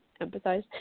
empathize